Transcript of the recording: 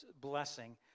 blessing